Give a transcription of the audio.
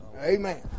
Amen